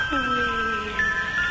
Please